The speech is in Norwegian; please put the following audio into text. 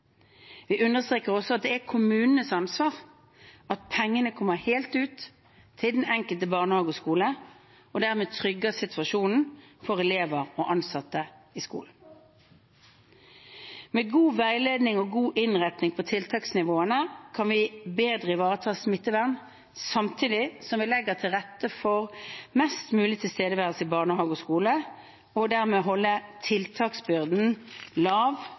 Vi understreker også at det er kommunenes ansvar at pengene kommer helt ut til den enkelte barnehage og skole og dermed trygger situasjonen for elever og ansatte i skolen. Med god veiledning og god innretning på tiltaksnivåene kan vi bedre ivareta smittevernet samtidig som vi legger til rette for mest mulig tilstedeværelse i barnehage og skole og dermed holder tiltaksbyrden lav